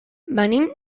venim